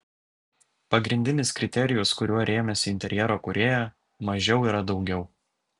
pagrindinis kriterijus kuriuo rėmėsi interjero kūrėja mažiau yra daugiau